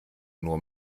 nur